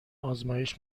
آزمایش